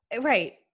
Right